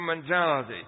mentality